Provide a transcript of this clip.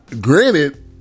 granted